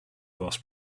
boss